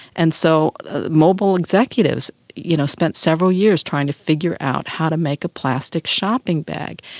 and so mobil executives you know spent several years trying to figure out how to make a plastic shopping bag,